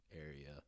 area